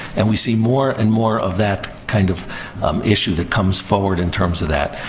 and we see more and more of that kind of issue that comes forward in terms of that.